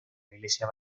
iglesia